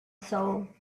soul